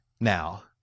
now